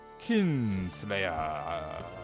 Kinslayer